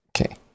Okay